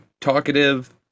talkative